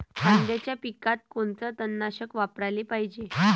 कांद्याच्या पिकात कोनचं तननाशक वापराले पायजे?